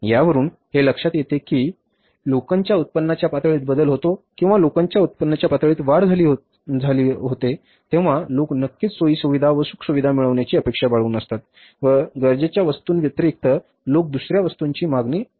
यावरून हे लक्षात येते की जेव्हा लोकांच्या उत्पन्नाच्या पातळीत बदल होतो किंवा लोकांच्या उत्पन्नाच्या पातळीत वाढ झाली होते तेव्हा लोक नक्कीच सोयीसुविधा व सुख सुविधा मिळण्याची अपेक्षा बाळगून असतात व गरजेच्या वस्तूंव्यतिरिक्त लोक दुसऱ्या वस्तूंची मागणी जास्त करतात